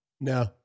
No